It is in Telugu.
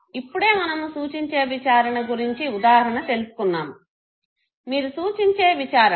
ఇప్పుడే మనము సూచించే విచారణ గురుంచి ఉదాహరణ తెలుసుకున్నాము మీరు సూచించే విచారణ